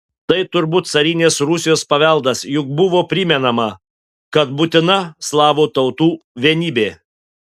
tai turbūt carinės rusijos paveldas juk buvo primenama kad būtina slavų tautų vienybė